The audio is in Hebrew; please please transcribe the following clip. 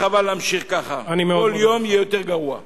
חבל להמשיך כך, כל יום נוסף יהיה גרוע יותר.